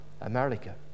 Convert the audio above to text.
America